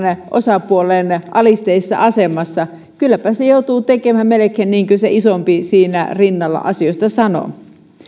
osapuolelle alisteisessa asemassa kylläpä se joutuu tekemään melkein niin kuin se isompi siinä rinnalla asioista sanoo